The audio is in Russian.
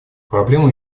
проблемы